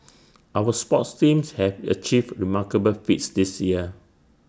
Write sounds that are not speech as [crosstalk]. [noise] our sports teams have achieved remarkable feats this year